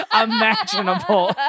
imaginable